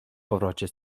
powrocie